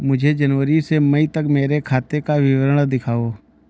मुझे जनवरी से मई तक मेरे खाते का विवरण दिखाओ?